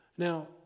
Now